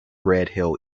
redhill